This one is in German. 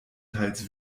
teils